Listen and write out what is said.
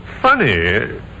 funny